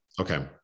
Okay